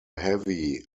heavy